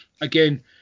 again